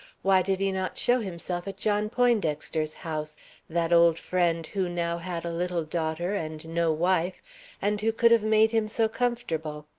why did he not show himself at john poindexter's house that old friend who now had a little daughter and no wife and who could have made him so comfortable?